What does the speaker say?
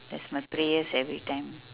that's my prayers every time